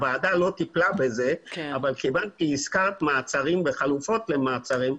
הוועדה לא טיפלה בזה אבל כיוון שהזכרת מעצרים וחלופות למעצרים,